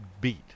beat